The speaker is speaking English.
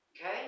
okay